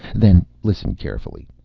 then listen carefully.